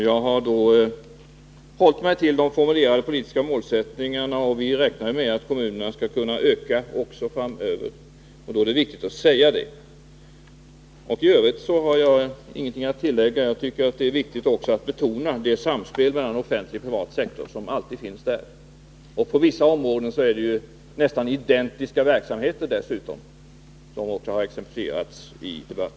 Jag har hållit mig till de formulerade politiska målsättningarna, och vi räknar med att kommunerna skall kunna öka sin sysselsättning också framöver. Det är också viktigt att detta framhålls. I övrigt har jag inte mycket att tillägga. Det är dock viktigt att betona det samspel mellan allmän och privat sektor som alltid förekommer. På vissa områden är det dessutom fråga om nästan identiskt lika verksamheter, såsom också har exemplifierats i denna debatt.